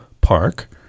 park